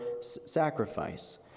sacrifice